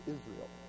Israel